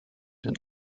den